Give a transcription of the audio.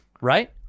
right